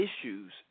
issues